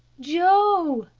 joe,